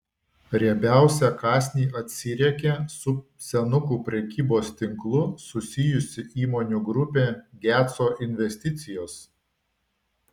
riebiausią kąsnį atsiriekė su senukų prekybos tinklu susijusi įmonių grupė geco investicijos